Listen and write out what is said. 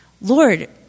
Lord